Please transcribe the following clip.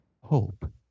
Hope